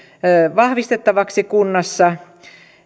vahvistettavaksi kunnassa